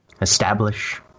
establish